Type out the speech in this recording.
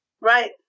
Right